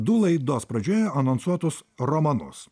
du laidos pradžioje anonsuotus romanus